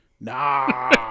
Nah